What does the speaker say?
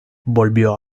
volvió